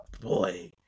boy